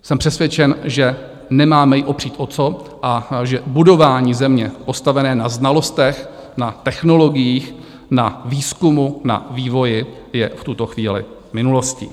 Jsem přesvědčen, že ji nemáme o co opřít a že budování země postavené na znalostech, na technologiích, na výzkumu, na vývoji je v tuto chvíli minulostí.